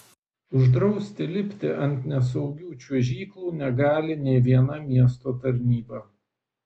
uždrausti lipti ant nesaugių čiuožyklų negali nė viena miesto tarnyba